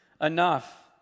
enough